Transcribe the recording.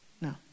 No